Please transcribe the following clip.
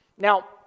Now